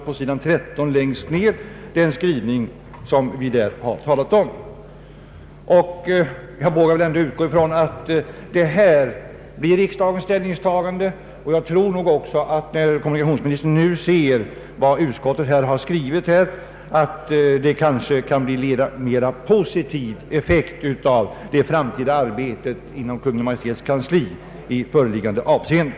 Detta framgår av utskottets skrivning på s. 13 i utlåtandet. Jag vågar nämligen utgå ifrån att detta blir riksdagens ställningstagande. Jag tror också att det, när kommunikationsmi nistern nu ser vad utskottet här har skrivit, kanske kan bli en mera positiv effekt av det framtida arbetet inom Kungl. Maj:ts kansli i förevarande avseende.